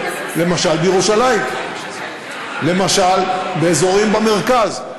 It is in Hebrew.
ציבורי, למשל בירושלים, למשל באזורים במרכז.